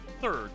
Third